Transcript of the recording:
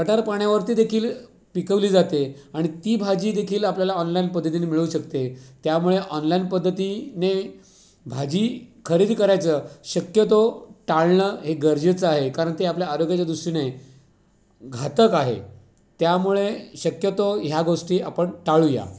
गटारपाण्यावरती देखील पिकवली जाते आणि ती भाजीदेखील आपल्याला ऑनलाईन पद्धतीने मिळू शकते त्यामुळे ऑनलाईन पद्धतीने भाजी खरेदी करायचं शक्यतो टाळणं हे गरजेचं आहे कारण ते आपल्या आरोग्याच्या दृष्टीने घातक आहे त्यामुळे शक्यतो ह्या गोष्टी आपण टाळूया